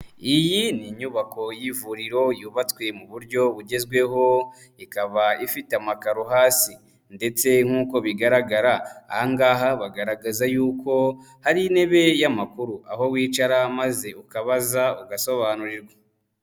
Iyi ni inyubako y'ivuriro yubatswe mu buryo bugezweho, ikaba ifite amakaro hasi ndetse nk'uko bigaragara aha ngaha bagaragaza yuko hari intebe y'amakuru, aho wicara maze ukabaza ugasobanurirwa.